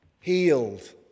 healed